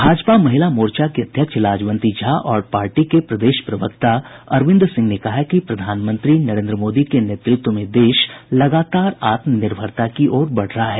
भाजपा महिला मोर्चा की अध्यक्ष लाजवंती झा और पार्टी के प्रदेश प्रवक्ता अरविंद सिंह ने कहा है कि प्रधानमंत्री नरेन्द्र मोदी के नेतृत्व में देश लगातार आत्मनिर्भरता की ओर बढ़ रहा है